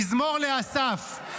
"מזמור לאסף,